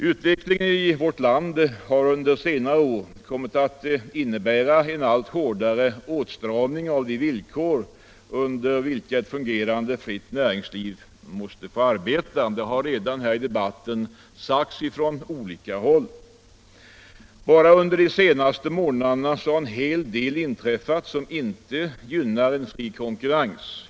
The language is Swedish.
Utvecklingen i vårt land har under senare år kommit att innebära en allt hårdare åtstramning av de villkor under vilka ett fungerande, fritt näringsliv måste få arbeta. Det har redan sagts i den här debatten från olika håll. Bara under de senaste månaderna har en hel del inträffat som inte gynnar en fri konkurrens.